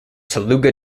telugu